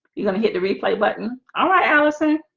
you're gonna hit the replay button all right allison